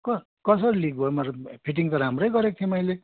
क कसरी लिक भयो मतलब फिटिङ त राम्रै गरेको थिएँ मैले